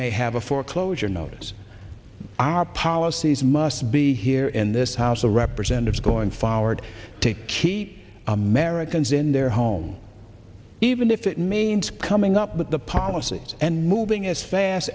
may have a foreclosure notice our policies must be here in this house of representatives going forward to keep americans in their home even if it means coming up with the policies and moving as fast